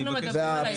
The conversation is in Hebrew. ונגמר.